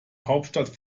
hauptstadt